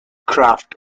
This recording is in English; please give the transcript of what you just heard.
craft